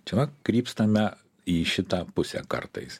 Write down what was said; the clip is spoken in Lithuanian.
čia va krypstame į šitą pusę kartais